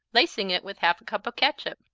lacing it with half a cup of catsup,